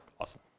awesome